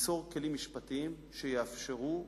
ליצור כלים משפטיים שיאפשרו